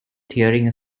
tearing